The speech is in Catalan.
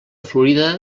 florida